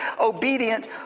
obedient